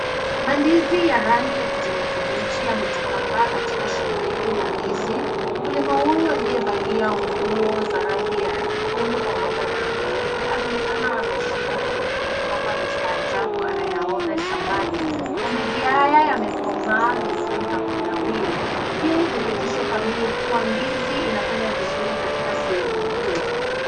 Mandizi ya rangi ya kijani kibichi yametapakaa katika shamba hili la ndizi. Mkulima huyu aliyevalia nguo za rangi ya nyekundu pamoja na nyeupe anaonekana ameshika kiuno kama kwamba amestaajabu anayoona shambani. Mandizi haya yamekomaa vizuri na kunawiri. Hii ni thibitisho kamili kuwa ndizi inafanya vizuri katika sehemu hii.